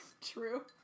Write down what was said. True